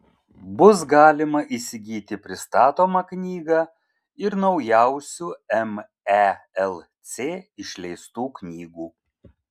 bus galima įsigyti pristatomą knygą ir naujausių melc išleistų knygų